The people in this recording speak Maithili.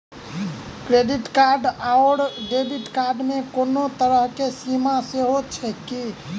क्रेडिट कार्ड आओर डेबिट कार्ड मे कोनो तरहक सीमा सेहो छैक की?